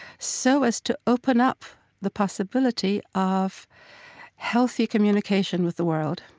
so as to open up the possibility of healthy communication with the world.